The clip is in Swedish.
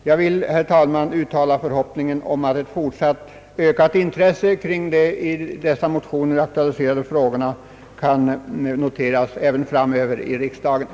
Jag vill, herr talman, uttala förhoppningen om ett fortsatt ökat intresse från riksdagens sida för de frågor som har aktualiserats i motionerna.